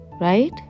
Right